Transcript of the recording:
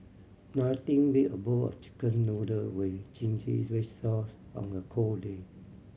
nothing beat a bowl of Chicken Noodle with zingy red sauce on a cold day